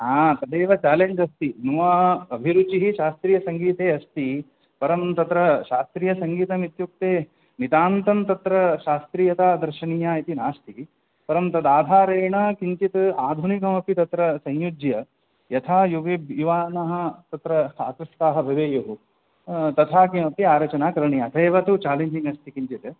तदेव चालेञ्ज् अस्ति मव अभिरुचिः शास्त्रीयसङ्गीते अस्ति परं तत्र शास्त्रीयसङ्गीतम् इत्युक्ते निदान्तं तत्र शास्त्रीयता दर्शनीया इति नास्ति परं तदाधारेण किञ्चित् आधुनिकमपि तत्र संयुज्य यथा युवाभ्यः युवानः तत्र आकृष्टाः भवेयुः तथा किमपि आरचना करणीया अथैव तु चालेञ्जिङ्ग् अस्ति किञ्चित्